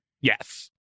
Yes